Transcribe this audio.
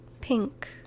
Pink